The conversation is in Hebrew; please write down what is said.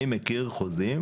אני מכיר חוזים